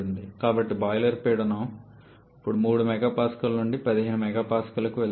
కాబట్టి బాయిలర్ పీడనం ఇప్పుడు 3 MPa నుండి 15 MPa వరకు వెళుతుంది